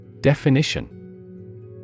Definition